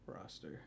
Roster